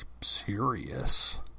serious